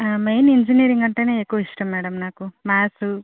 main engineering అంటేనే ఎక్కువ ఇష్టం మేడం నాకు మ్యాథ్స్